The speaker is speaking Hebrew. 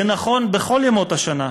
זה נכון בכל ימות השנה,